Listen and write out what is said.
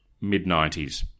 mid-90s